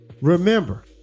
remember